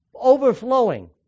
overflowing